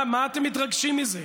מה אתם מתרגשים מזה?